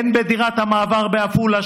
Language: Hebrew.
הן בדירת המעבר בעפולה,